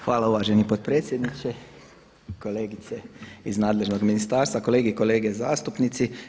Hvala uvaženi potpredsjedniče, kolegice iz nadležnog ministarstva, kolegice i kolege zastupnici.